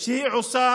שהיא עושה